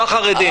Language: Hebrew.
לא החרדים.